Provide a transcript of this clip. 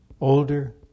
older